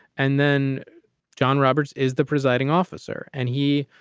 and then john roberts is the presiding officer. and he,